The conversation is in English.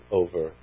over